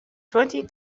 twenty